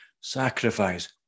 sacrifice